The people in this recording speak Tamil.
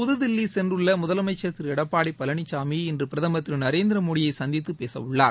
புதுதில்லி சென்றள்ள முதலமைச்சா் திரு எடப்பாடி பழனிசாமி இன்று பிரதமா் திரு நரேந்திர மோடியை சந்தித்து பேச உள்ளார்